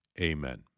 Amen